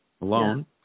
alone